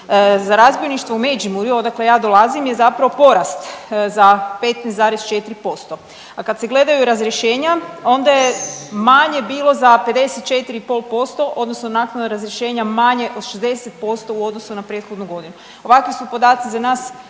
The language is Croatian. za razbojništvo u Međimurju odakle ja dolazim je zapravo porast za 15,4%, a kad se gledaju razrješenja onda je manje bilo za 54,5% odnosno naknadna razrješenja manje od 60% u odnosu na prethodnu godinu. Ovakvi su podaci za nas